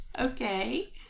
Okay